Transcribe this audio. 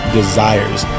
desires